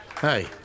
Hey